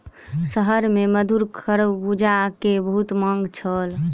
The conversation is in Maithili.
शहर में मधुर खरबूजा के बहुत मांग छल